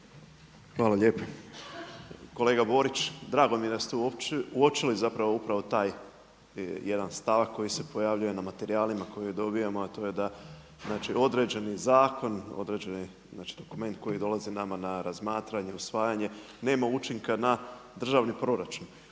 Hvala lijepo. Kolega Borić, drago mi je da ste uočili zapravo upravo taj jedan stavak koji se pojavljuje na materijalima koje dobijemo a to je da znači određeni zakon, određeni, znači dokument koji dolazi nama na razmatranje, usvajanje, nema učinka na državni proračun.